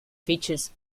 features